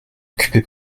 occuper